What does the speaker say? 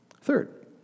Third